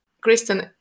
Kristen